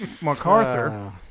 MacArthur